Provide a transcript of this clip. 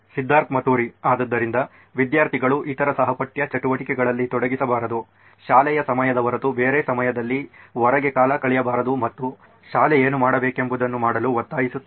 ಸಿದ್ಧಾರ್ಥ್ ಮತುರಿ ಆದ್ದರಿಂದ ವಿದ್ಯಾರ್ಥಿಗಳು ಇತರ ಸಹಪಠ್ಯ ಚಟುವಟಿಕೆಗಳಲ್ಲಿ ತೊಡಗಿಸಬಾರದು ಶಾಲೆಯ ಸಮಯದ ಹೊರತು ಬೇರೆ ಸಮಯದಲ್ಲಿ ಹೊರಗೆ ಕಾಲ ಕಳೆಯಬಾರದು ಮತ್ತು ಶಾಲೆ ಏನು ಮಾಡಬೇಕೆಂಬುದನ್ನು ಮಾಡಲು ಒತ್ತಾಯಿಸುತ್ತಿದೆ